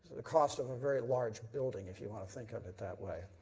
the cost of a very large building if you want to think of it that way.